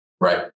Right